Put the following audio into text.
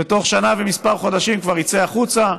ובתוך שנה וכמה חודשים כבר יצא החוצה,